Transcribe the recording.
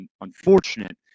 unfortunate